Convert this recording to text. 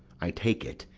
i take it,